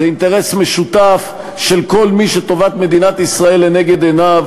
זה אינטרס משותף של כל מי שטובת מדינת ישראל לנגד עיניו.